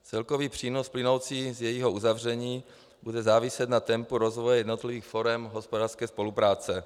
Celkový přínos plynoucí z jejího uzavření bude záviset na tempu rozvoje jednotlivých forem hospodářské spolupráce.